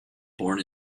born